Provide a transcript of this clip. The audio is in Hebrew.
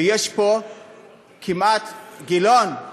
ויש פה כמעט, גילאון,